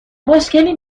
مشکلی